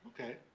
Okay